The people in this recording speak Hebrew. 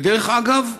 ודרך אגב,